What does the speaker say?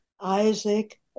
Isaac